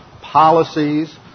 policies